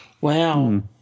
Wow